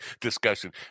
discussion